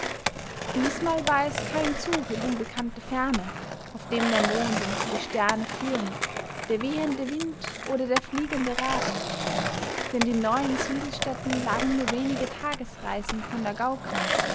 diesmal war es kein zug in unbekannte ferne auf dem der mond und die sterne führen der wehende wind oder der fliegende rabe denn die neuen siedelstätten lagen nur wenige tagereisen von der